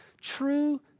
true